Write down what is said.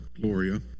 Gloria